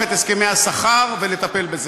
נכון, נכון היה לפתוח את הסכמי השכר ולטפל בזה.